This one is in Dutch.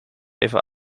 even